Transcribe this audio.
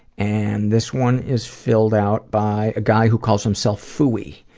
and this one is filled out by a guy who calls himself phooey.